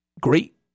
Great